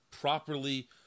properly